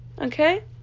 okay